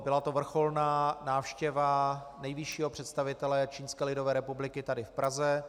Byla to vrcholná návštěva nejvyššího představitele Čínské lidové republiky tady v Praze.